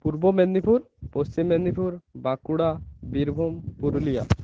Purba Medinipur Paschim Medinipur Bankura Birbhum Purulia